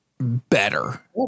better